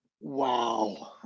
Wow